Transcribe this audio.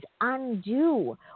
undo